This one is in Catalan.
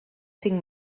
cinc